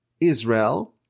Israel